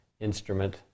instrument